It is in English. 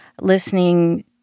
listening